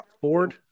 Ford